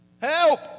Help